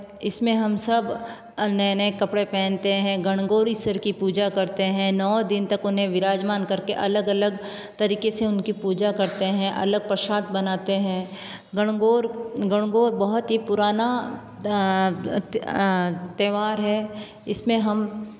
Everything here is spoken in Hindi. इस में हम सब नए नए कपड़े पहनते हैं गणगोरी सिर की पूजा करते हैं नौ दिन तक उन्हें विराजमान कर के अलग अलग तरीक़े से उन की पूजा करते हैं अलग प्रसाद बनाते हैं गणगौर गणगौर बहुत ही पुराना त्यौहार है इस में हम